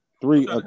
three